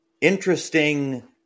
interesting